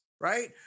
right